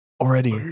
Already